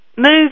move